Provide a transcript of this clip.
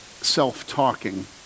self-talking